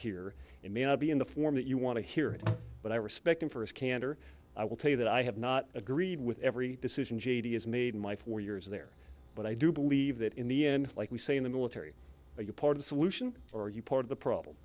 hear it may not be in the form that you want to hear but i respect him for his candor i will tell you that i have not agreed with every decision j d has made in my four years there but i do believe that in the end like we say in the military you're part of solution or you part of the problem